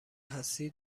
هستی